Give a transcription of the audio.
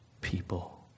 people